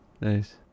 nice